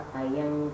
ayam